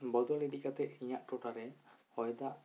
ᱵᱚᱫᱚᱞ ᱤᱫᱤ ᱠᱟᱛᱮ ᱤᱧᱟᱜ ᱴᱚᱴᱷᱟᱨᱮ ᱦᱚᱭ ᱫᱟᱜ